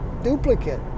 duplicate